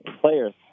players